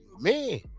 Man